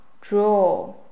draw